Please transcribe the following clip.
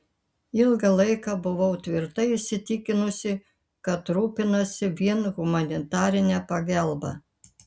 ilgą laiką buvau tvirtai įsitikinusi kad rūpinasi vien humanitarine pagalba